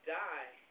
die